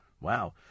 Wow